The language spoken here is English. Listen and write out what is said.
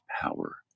power